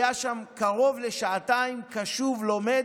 היה שם קרוב לשעתיים, קשוב, לומד.